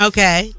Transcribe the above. Okay